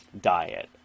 diet